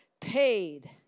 paid